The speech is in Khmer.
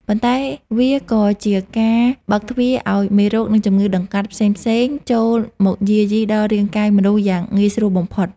ប៉ុន្តែវាក៏ជាការបើកទ្វារឱ្យមេរោគ និងជំងឺដង្កាត់ផ្សេងៗចូលមកយាយីដល់រាងកាយមនុស្សយ៉ាងងាយស្រួលបំផុត។